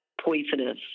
Poisonous